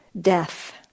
Death